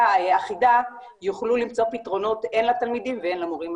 אחידה יוכלו למצוא פתרון הן לתלמידים והן להורים,